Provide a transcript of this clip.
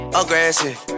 aggressive